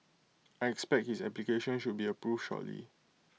I expect his application should be approved shortly